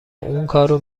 اونکارو